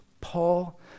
Paul